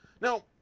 Now